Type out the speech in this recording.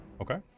Okay